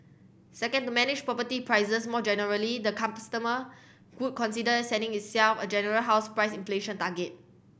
second to manage property prices more generally the could consider setting itself a general house price inflation target